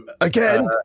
again